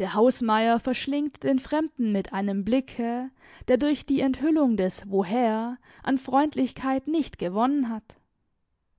der hausmeier verschlingt den fremden mit einem blicke der durch die enthüllung des woher an freundlichkeit nicht gewonnen hat